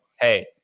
hey